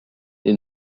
est